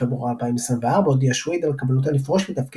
בפברואר 2024 הודיע שויד על כוונתו לפרוש מתפקיד